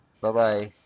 Bye-bye